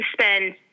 spend